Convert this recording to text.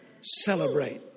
Celebrate